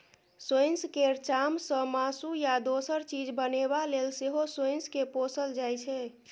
सोंइस केर चामसँ मासु या दोसर चीज बनेबा लेल सेहो सोंइस केँ पोसल जाइ छै